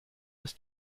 ist